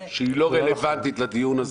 שהיא לא רלוונטית לדיון הזה.